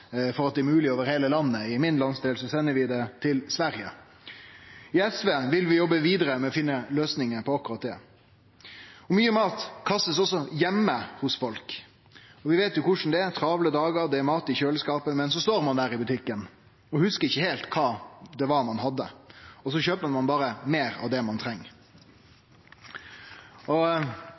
for at dette er mogleg over heile landet. I landsdelen min sender vi det til Sverige. I SV vil vi jobbe vidare for å finne løysingar på akkurat det. Mykje mat blir også kasta heime hjå folk. Vi veit korleis det er, det er travle dagar, det er mat i kjøleskåpet, men så står ein der i butikken og hugsar ikkje heilt kva ein hadde, og så kjøper ein berre meir enn det ein treng.